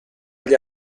gli